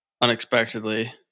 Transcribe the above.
unexpectedly